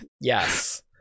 yes